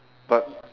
but